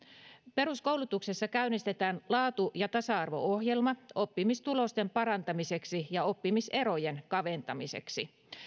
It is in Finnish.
peruskoulutuksessa käynnistetään laatu ja tasa arvo ohjelma oppimistulosten parantamiseksi ja oppimiserojen kaventamiseksi